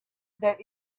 that